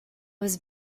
was